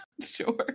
Sure